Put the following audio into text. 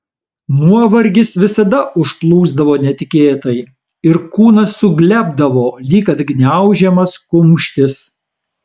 nuovargis visada užplūsdavo netikėtai ir kūnas suglebdavo lyg atgniaužiamas kumštis